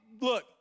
look